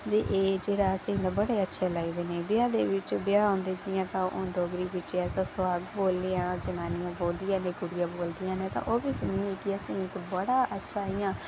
ते एह् असेंगी बड़े अच्छे लगदे न एह् जेह्ड़े ब्याह् दे बिच ते जियां असें डोगरी बिच सुहाग बोल्लेआ जुबानी ते बोलदियां न कुड़ियां ते ओह्बी सुनियै असेंगी बड़ा अच्छा लगदा ऐ